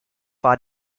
war